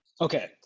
Okay